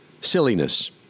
silliness